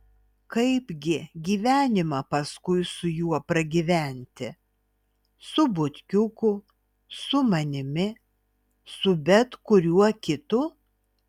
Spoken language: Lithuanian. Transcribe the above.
kaipgi gyvenimą paskui su juo pragyventi su butkiuku su manimi su bet kuriuo kitu